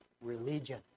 religion